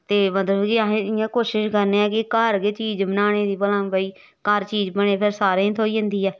ते मतलब कि असें इ'यां कोशिश करने आं कि घर गै चीज़ बनाने दी भला भाई घर चीज़ बनै फिर सारें गी थ्होई जंदी ऐ